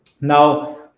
Now